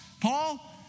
Paul